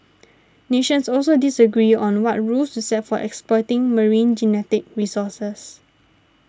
nations also disagree on what rules to set for exploiting marine genetic resources